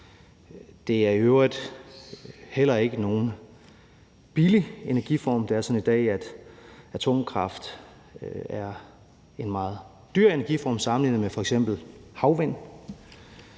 Det er i øvrigt heller ikke nogen billig energiform. Det er sådan i dag, at atomkraft er en meget dyr energiform sammenlignet med f.eks. havvind.